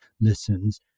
listens